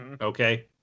okay